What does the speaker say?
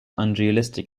unrealistic